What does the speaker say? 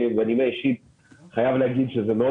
בנימה אישית אני חייב לומר שזה מאוד